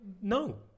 No